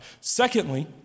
Secondly